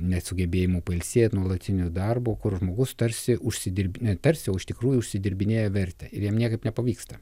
net sugebėjimu pailsėt nuolatinio darbo kur žmogus tarsi užsidirb tarsi iš tikrųjų užsidirbinėja vertę ir jam niekaip nepavyksta